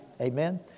Amen